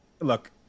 look